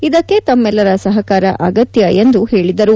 ಇದಕ್ಕೆ ತಮ್ಮೆಲ್ಲರ ಸಹಕಾರ ಅಗತ್ಯ ಎಂದು ಹೇಳಿದರು